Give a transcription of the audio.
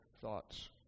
thoughts